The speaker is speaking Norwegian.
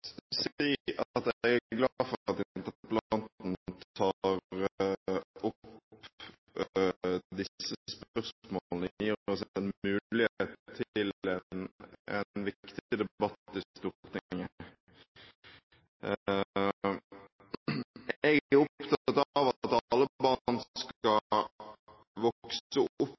si at jeg er glad for at interpellanten tar opp disse spørsmålene – det gir oss en mulighet til en viktig debatt i Stortinget. Jeg er opptatt av at alle barn skal vokse opp